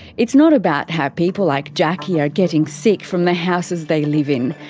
it's not about how people like jacki are getting sick from the houses they live in.